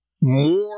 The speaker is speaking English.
more